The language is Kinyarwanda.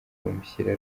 bamushyira